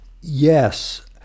Yes